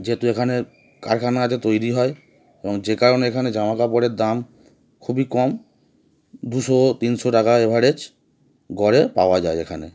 যেহেতু এখানে কারখানা আছে তৈরি হয় এবং যে কারণে এখানে জামা কাপড়ের দাম খুবই কম দুশো তিনশো টাকা এভারেজ গড়ে পাওয়া যায় এখানে